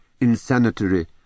insanitary